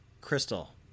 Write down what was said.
Crystal